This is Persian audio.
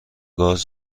گاز